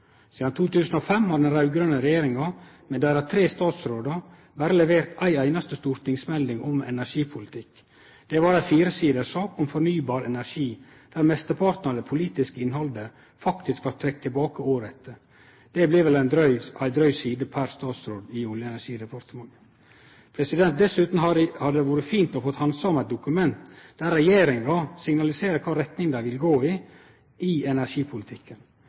Sidan 2005 har den raud-grøne regjeringa med sine tre energistatsrådar berre levert ei einaste stortingsmelding om energipolitikk. Det var ei sak på fire sider om fornybar energi, der mesteparten av det politiske innhaldet faktisk vart trekt tilbake året etter. Det blir vel ei dryg side per statsråd i Olje- og energidepartementet. Dessutan hadde det vore fint å få handsame eit dokument der regjeringa signaliserer kva retning ho vil gå i i energipolitikken.